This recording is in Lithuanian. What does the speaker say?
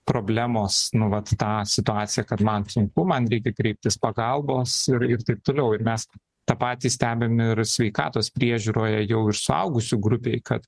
problemos nu vat tą situaciją kad man sunku man reikia kreiptis pagalbos ir taip toliau ir mes tą patį stebim ir sveikatos priežiūroje jau ir suaugusių grupėj kad